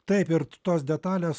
taip ir tos detalės